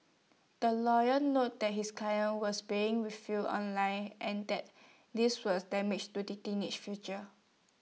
the lawyer noted that his client was being vilified online and that this was damaged to the teenage future